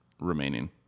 remaining